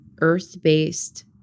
earth-based